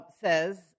says